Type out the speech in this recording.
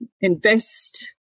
invest